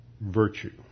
Virtue